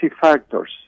factors